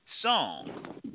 song